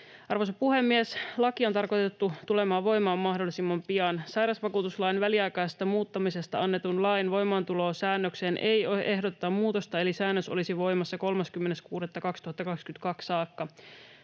Arvoisa puhemies! Laki on tarkoitettu tulemaan voimaan mahdollisimman pian. Sairausvakuutuslain väliaikaisesta muuttamisesta annetun lain voimaantulosäännökseen ei ehdoteta muutosta, eli säännös olisi voimassa 30.6.2022 saakka.